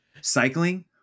cycling